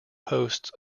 hosts